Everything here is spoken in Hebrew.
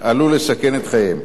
עלול לסכן את חייהם.